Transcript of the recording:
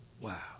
Wow